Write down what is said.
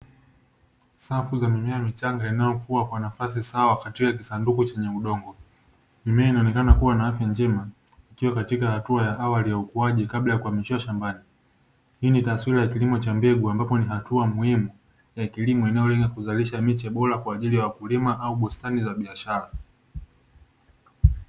Safu za mimea michanga inayokua kwa nafasi sawa katika kisanduku chenye udongo. Mimea inaonekana kuwa na afya njema ikiwa katika hatua ya awali ya ukuaji kabla ya kuhamishiwa shambani. Hii ni taswira ya kilimo cha mbegu ambapo ni hatua muhimu ya kilimo inayolenga kuzalisha miche bora kwa lengo la wakulima au bustani za biashara.